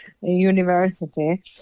University